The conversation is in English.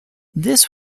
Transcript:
this